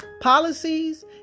policies